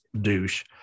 douche